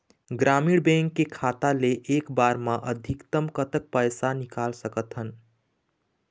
ग्रामीण बैंक के खाता ले एक बार मा अधिकतम कतक पैसा निकाल सकथन?